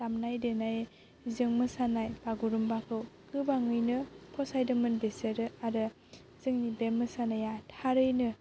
दामनाय देनायजों मोसानाय बागुरुम्बाखौ गोबाङैनो फसायदोंमोन बिसोरो आरो जोंनि बे मोसानाया थारैनो